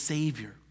Savior